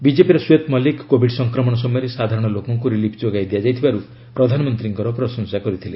ବିକେପିର ଶ୍ୱେତ୍ ମଲ୍ଲିକ୍ କୋବିଡ୍ ସଂକ୍ରମଣ ସମୟରେ ସାଧାରଣ ଲୋକଙ୍କୁ ରିଲିଫ୍ ଯୋଗାଇ ଦିଆଯାଇଥିବାରୁ ପ୍ରଧାନମନ୍ତ୍ରୀଙ୍କର ପ୍ରଶଂସା କରିଥିଲେ